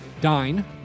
dine